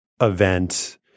event